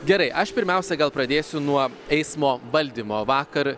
gerai aš pirmiausia gal pradėsiu nuo eismo valdymo vakar